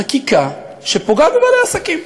חקיקה שפוגעת בבעלי עסקים.